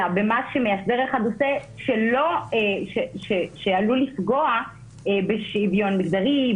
אלא במה שמאסדר אחד עושה שעלול לפגוע בשוויון מגדרי,